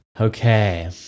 Okay